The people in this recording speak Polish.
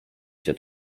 się